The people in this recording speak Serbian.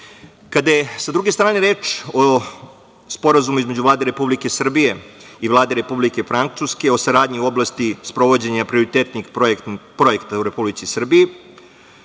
je, sa druge strane, reč o Sporazumu između Vlade Republike Srbije i Vlade Republike Francuske o saradnji u oblasti sprovođenja prioritetnih projekta u Republici Srbiji,